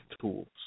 tools